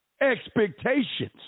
expectations